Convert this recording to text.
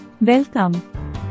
Welcome